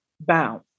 bound